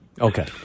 Okay